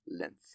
length